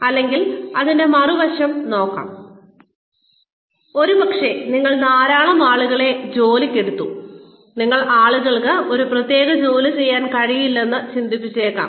അല്ലെങ്കിൽ അതിന്റെ മറുവശം നോക്കാം ഒരുപക്ഷേ നിങ്ങൾ ധാരാളം ആളുകളെ ജോലിക്കെടുത്തു ഈ ആളുകൾക്ക് ഒരു പ്രത്യേക ജോലി ചെയ്യാൻ കഴിയില്ലെന്ന് നിങ്ങൾ ആദ്യം ചിന്തിച്ചിരിക്കാം